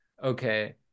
okay